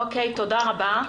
תודה רבה.